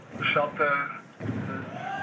the shelter is